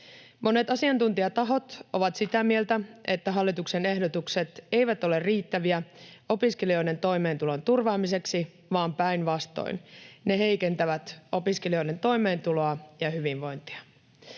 Monet asiantuntijatahot ovat sitä mieltä, että hallituksen ehdotukset eivät ole riittäviä opiskelijoiden toimeentulon turvaamiseksi vaan päinvastoin ne heikentävät opiskelijoiden toimeentuloa ja hyvinvointia.